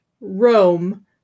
Rome